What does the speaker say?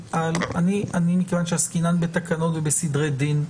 מכיוון שעסקינן בתקנות ובסדרי דין,